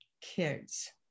kids